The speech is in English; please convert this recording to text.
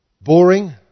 boring